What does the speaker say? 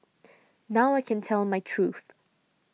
now I can tell my truth